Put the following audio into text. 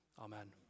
Amen